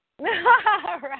Right